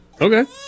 Okay